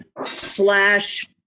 slash